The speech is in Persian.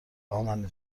امنه